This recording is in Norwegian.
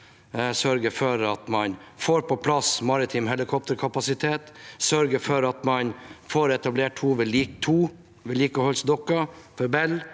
sørger for at man får på plass maritim helikopterkapasitet, den sørger for at man får etablert to vedlikeholdsdokker for